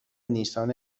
نیسان